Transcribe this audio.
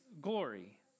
glory